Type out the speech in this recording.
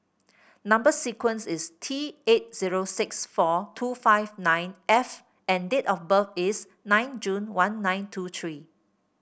number sequence is T eight zero six four two five nine F and date of birth is nine June one nine two three